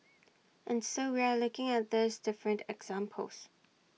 and so we are looking at these different examples